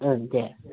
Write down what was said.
दे